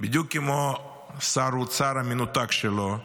בדיוק כמו שר האוצר המנותק שלו,